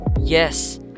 yes